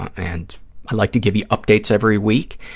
and i like to give you updates every week,